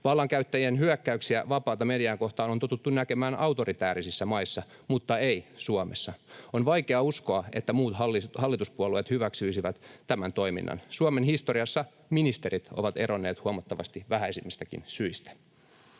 Vallankäyttäjien hyökkäyksiä vapaata mediaa kohtaan on totuttu näkemään autoritäärisissä maissa mutta ei Suomessa. On vaikea uskoa, että muut hallituspuolueet hyväksyisivät tämän toiminnan. Suomen historiassa ministerit ovat eronneet huomattavasti vähäisemmistäkin syistä.